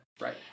Right